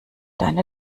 deine